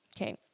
okay